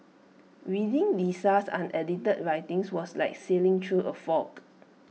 reading Lisa's unedited writings was like sailing through A fog